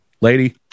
lady